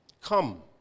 Come